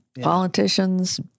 politicians